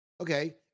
Okay